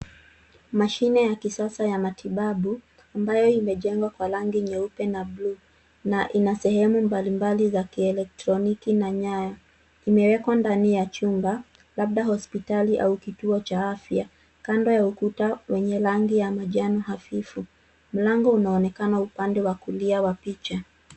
Mashine ya kisasa ya matibabu, ambayo imejengwa kwa rangi nyeupe na blue , na ina sehemu mbalimbali za kielektroniki na nyaya, imewekwa ndani ya chumba labda hospitali au kituo ca afya. Kando ya ukuta wenye rangi ya manjano hafifu. Mlango unaonekana upande wa kulia wa picha.